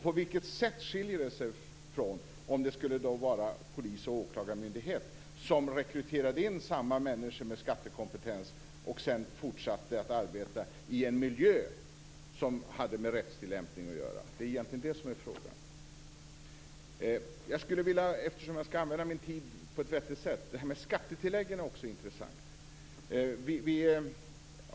På vilket sätt skiljer sig detta från om det skulle vara polis och åklagarmyndighet som rekryterade samma människor med skattekompetens och sedan fortsatte att arbeta i en miljö som hade med rättstillämpning att göra? Det är egentligen det som är frågan. Jag skall använda min tid på ett vettigt sätt, och jag tycker att skattetilläggen också är intressanta.